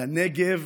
לנגב,